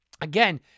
again